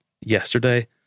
yesterday